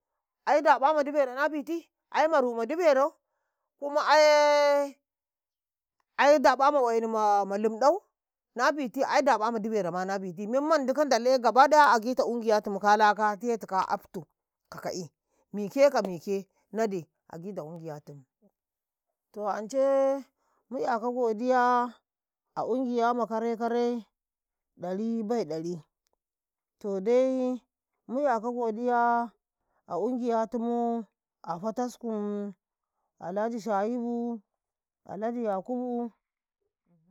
﻿Ai daƃa ma dibera na biti ai maru ma diberau kuma ayee, ai daƃa ma wa'in ma lundau nabiti ai ɗaƃa ma diberama na biti memman dikan ndalaye gaba daya a gita ungiyatum kala ka tetuka tetu ka abtu, kaka'i mike, ka mike nadi a gita ungiyatum to ancemu 'yaka godiya a ungiya ma kare-kare ɗari bai to ɗai mu 'yaka godiya a ungiyatumu a potaskum Alhaji shayibu, Alhaji yakubu.